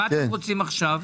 מה אתם רוצים עכשיו?